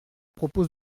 propose